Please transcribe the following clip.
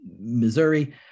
Missouri